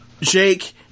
Jake